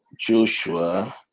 Joshua